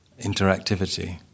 interactivity